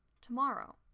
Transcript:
Tomorrow